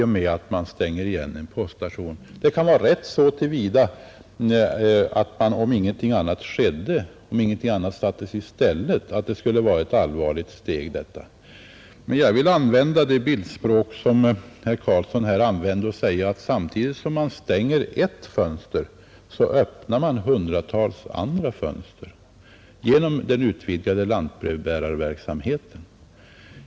Det skulle kunna vara rätt om ingenting annat sattes i stället. Men jag vill använda samma bildspråk som herr Carlsson och säga att samtidigt som man stänger ett fönster öppnar man hundratals andra genom den utvidgade lantbrevbärarverksamheten.